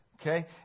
okay